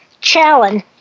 challenge